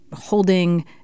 holding